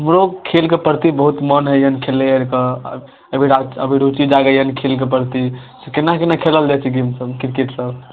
हमरो खेलके परती बहुत मन होइया खेलियै कऽ एबरी दा अभिरुचि जागैया खेलके परती से केना केना खेलल जाइत छै गेन्द सब क्रिकेट सब